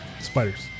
Spiders